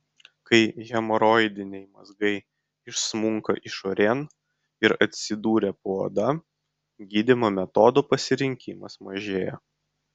kai hemoroidiniai mazgai išsmunka išorėn ir atsiduria po oda gydymo metodų pasirinkimas mažėja